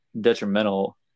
detrimental